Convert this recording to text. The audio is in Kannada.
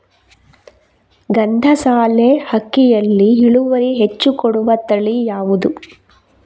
ಗಂಧಸಾಲೆ ಅಕ್ಕಿಯಲ್ಲಿ ಇಳುವರಿ ಹೆಚ್ಚು ಕೊಡುವ ತಳಿ ಯಾವುದು?